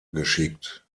geschickt